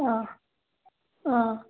অঁ অঁ